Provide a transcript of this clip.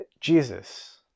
Jesus